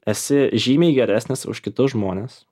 esi žymiai geresnis už kitus žmones